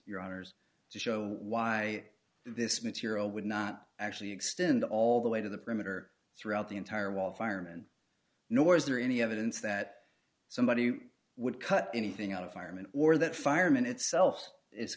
your honour's to show why this material would not actually extend all the way to the perimeter throughout the entire wall firemen nor is there any evidence that somebody would cut anything on a fireman or that fireman itself is